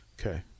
Okay